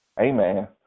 Amen